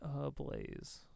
ablaze